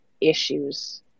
issues